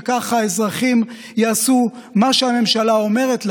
וככה האזרחים יעשו מה שהממשלה אומרת להם,